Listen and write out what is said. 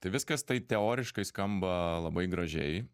tai viskas tai teoriškai skamba labai gražiai